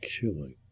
killing